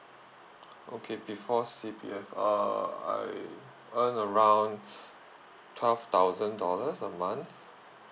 okay before C_P_F uh I earn around twelve thousand dollars a month